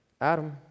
Adam